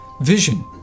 vision